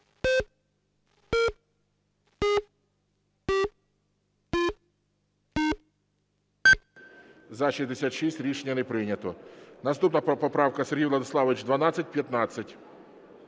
За-66 Рішення не прийнято. Наступна поправка, Сергій Владиславович, 1215.